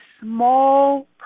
small